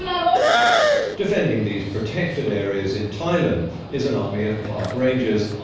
um ah defending these protected areas in thailand is an army of park rangers,